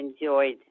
enjoyed